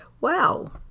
Wow